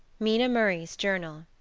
mina murray's journal